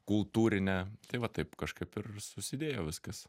kultūrine tai va taip kažkaip ir susidėjo viskas